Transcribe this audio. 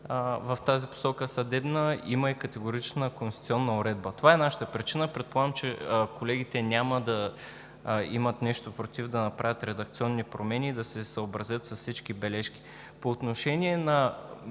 в тази посока, има и категорична конституционна уредба. Това е нашата причина – предполагам, че колегите няма да имат нещо против да направят редакционни промени и да се съобразят с всички бележки. По отношение на